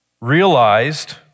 realized